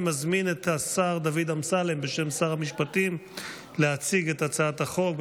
אני מזמין את השר דוד אמסלם בשם שר המשפטים להציג את הצעת החוק.